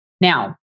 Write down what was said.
Now